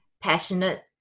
passionate